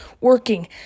working